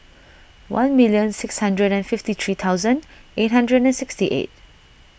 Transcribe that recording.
one million six hundred and fifty three thousand eight hundred and sixty eight